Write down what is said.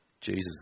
Jesus